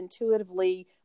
intuitively